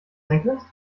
senkrecht